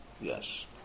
Yes